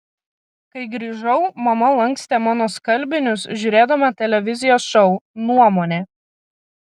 kai grįžau mama lankstė mano skalbinius žiūrėdama televizijos šou nuomonė